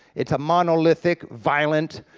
it's a monolithic, violent,